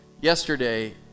yesterday